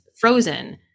frozen